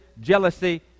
jealousy